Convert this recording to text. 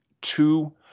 two